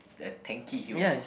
the tanky hero